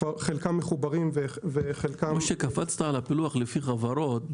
חלקם מחוברים וחלקם --- קפצת על הפילוח לפי חברות,